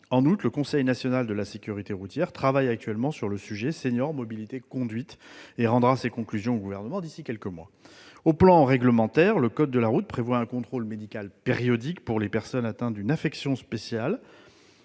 En outre, le Conseil national de la sécurité routière travaille actuellement sur le sujet « seniors, mobilité, conduite » et rendra ses conclusions au Gouvernement d'ici à quelques mois. Sur le plan réglementaire, le code de la route prévoit un contrôle médical périodique pour les personnes atteintes d'une affection médicale